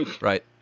Right